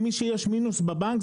למי שיש מינוס בבנק,